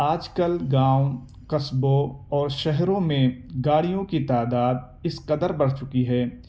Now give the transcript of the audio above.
آج کل گاؤں قصبوں اور شہروں میں گاڑیوں کی تعداد اس قدر بڑھ چکی ہے